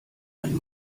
einen